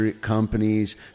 companies